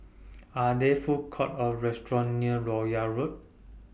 Are There Food Courts Or restaurants near Royal Road